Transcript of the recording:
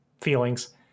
feelings